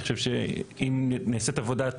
אני חושב שאם נעשית עבודה,